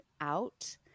out